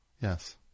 Yes